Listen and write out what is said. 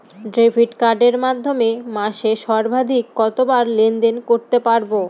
Debit কার্ডের মাধ্যমে মাসে সর্বাধিক কতবার লেনদেন করতে পারবো?